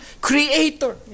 creator